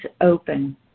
open